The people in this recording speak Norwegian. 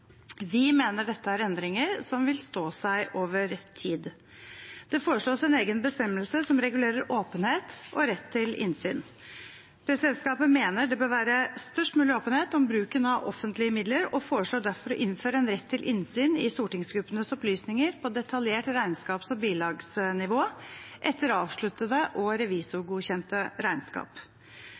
Vi mener at dette er endringer som vil stå seg over tid. Det foreslås en egen bestemmelse som regulerer åpenhet og rett til innsyn. Presidentskapet mener det bør være størst mulig åpenhet om bruken av offentlige midler, og foreslår derfor å innføre en rett til innsyn i stortingsgruppenes opplysninger på detaljert regnskaps- og bilagsnivå etter avsluttede og revisorgodkjente regnskap.